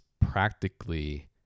practically